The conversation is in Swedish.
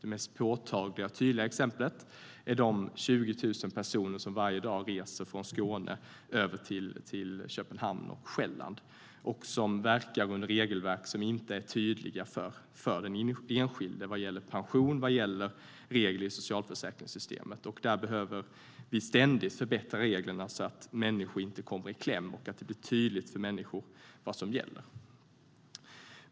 Det mest påtagliga och tydliga exemplet är de 20 000 personer som varje dag reser från Skåne över till Köpenhamn och Själland och som verkar under regelverk som inte är tydliga för den enskilde. Det gäller pension och regler i socialförsäkringssystemet. Där behöver vi ständigt förbättra reglerna så att människor inte hamnar i kläm och så att det blir tydligt för dem vad som gäller.